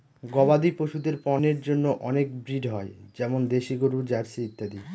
গবাদি পশুদের পন্যের জন্য অনেক ব্রিড হয় যেমন দেশি গরু, জার্সি ইত্যাদি